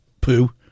poo